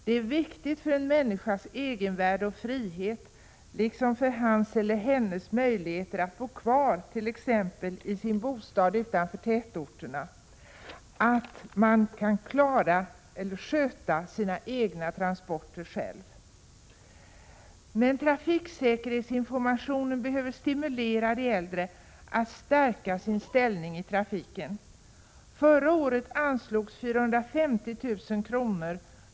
Det är viktigt för en människas egenvärde och frihet liksom för hans eller hennes möjligheter att bo kvar, t.ex. i sin bostad utanför tätorterna att man kan sköta sina egna transporter själv. Men trafiksäkerhetsinformationen behöver stimulera de äldre att stärka sin ställning i trafiken. Förra året anslogs 450 000 kr.